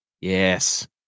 Yes